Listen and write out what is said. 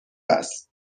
است